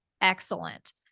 excellent